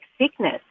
sickness